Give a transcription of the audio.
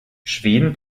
schweden